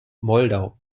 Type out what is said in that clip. moldau